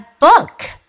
book